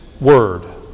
word